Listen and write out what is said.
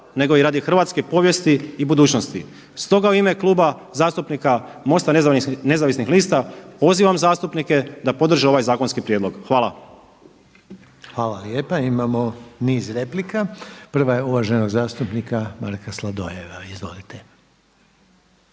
nego i radi hrvatske povijesti i budućnosti. Stoga u ime Kluba zastupnika MOST-a Nezavisnih lista, pozivam zastupnike da podrže ovaj zakonski prijedlog. Hvala. **Reiner, Željko (HDZ)** Hvala lijepa. Imamo niz replika. Prva je uvaženog zastupnika Marka Sladoljeva. Izvolite.